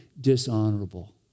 dishonorable